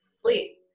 sleep